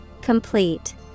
Complete